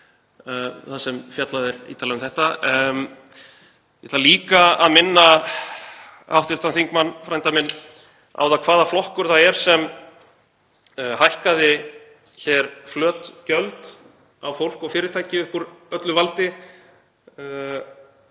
þar sem fjallað er ítarlega um þetta. Ég ætla líka að minna hv. þingmann, frænda minn, á það hvaða flokkur það er sem hækkaði hér flöt gjöld á fólk og fyrirtæki upp úr öllu valdi